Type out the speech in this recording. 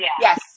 Yes